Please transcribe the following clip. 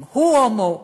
אם הוא הומו,